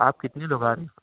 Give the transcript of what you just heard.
آپ کتنے لوگ آ رہے ہیں